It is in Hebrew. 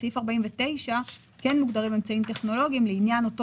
בסעיף 49 כן מוגדרים אמצעים טכנולוגיים לעניין אותו